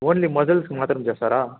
only మజిల్స్కి మాత్రం చేస్తారా